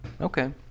okay